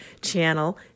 channel